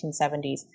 1970s